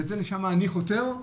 ולשם אני חותר,